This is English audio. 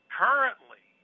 currently